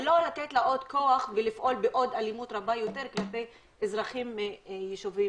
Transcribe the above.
ולא לתת לה עוד כוח ולפעול באלימות רבה יותר כלפי אזרחים ויישובים